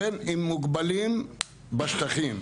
לכן הם מוגבלים בשטחים.